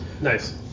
Nice